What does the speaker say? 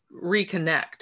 reconnect